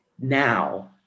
now